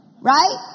right